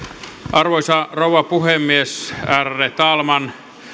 arvoisa rouva puhemies ärade talman